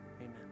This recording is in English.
amen